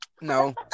No